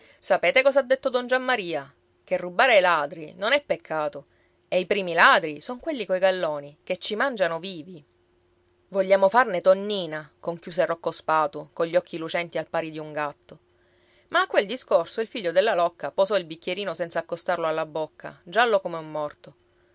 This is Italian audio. sapete cos'ha detto don giammaria che rubare ai ladri non è peccato e i primi ladri son quelli coi galloni che ci mangiano vivi vogliamo farne tonnina conchiuse rocco spatu cogli occhi lucenti al pari di un gatto ma a quel discorso il figlio della locca posò il bicchierino senza accostarlo alla bocca giallo come un morto